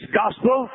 gospel